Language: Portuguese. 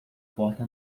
porta